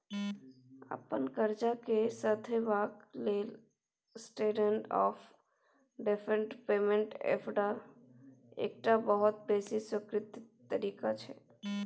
अपन करजा केँ सधेबाक लेल स्टेंडर्ड आँफ डेफर्ड पेमेंट एकटा बहुत बेसी स्वीकृत तरीका छै